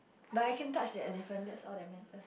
but I can touch that elephant that's all that matters